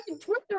Twitter